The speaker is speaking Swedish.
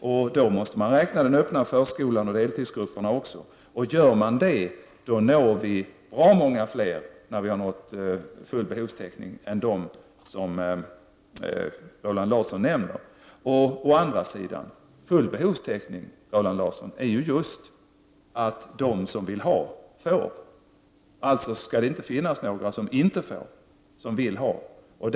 Därför måste man räkna även den öppna förskolan och deltidsgrupperna. Gör man det når vi bra många fler när vi har uppnått full behovstäckning än dem som Roland Larsson nämnde. För det andra innebär ”full behovstäckning” just att de som vill ha barnomsorg för sina barn får det, Roland Larsson. Alltså skall det inte finnas några som inte får det men som vill ha det.